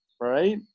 right